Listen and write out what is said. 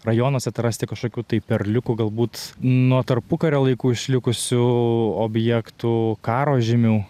rajonuose atrasti kažkokių tai perliukų galbūt nuo tarpukario laikų išlikusių objektų karo žymių